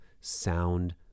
sound